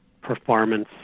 performance